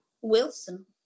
Wilson